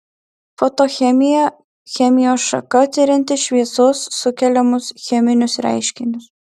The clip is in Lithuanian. fotochemija chemijos šaka tirianti šviesos sukeliamus cheminius reiškinius